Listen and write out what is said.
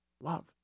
love